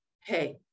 hey